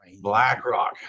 BlackRock